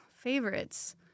Favorites